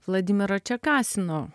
vladimiro čekasino